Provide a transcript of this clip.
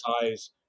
size